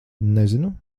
nezinu